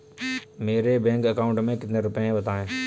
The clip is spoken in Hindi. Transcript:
मेरे बैंक अकाउंट में कितने रुपए हैं बताएँ?